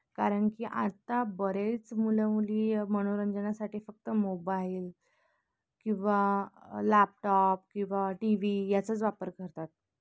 कारण की आत्ता बरेच मुलं मुली मनोरंजनासाठी फक्त मोबाईल किंवा लॅपटॉप किंवा टी व्ही याचाच वापर करतात